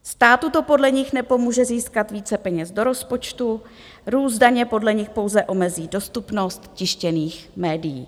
Státu to podle nich nepomůže získat více peněz do rozpočtu, růst daně podle nich pouze omezí dostupnost tištěných médií.